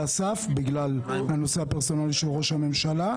הסף בגלל הנושא הפרסונלי של ראש הממשלה,